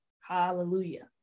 hallelujah